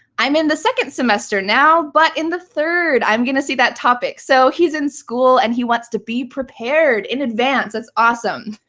i'm in the second semester now, but in the third, i'm going to see that topic. so he's in school and he wants to be prepared in advance. that's awesome.